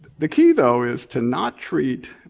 the key though is to not treat